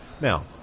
Now